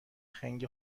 خنگ